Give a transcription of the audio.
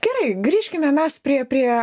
gerai grįžkime mes prie prie